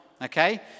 Okay